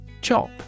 chop